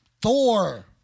Thor